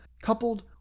coupled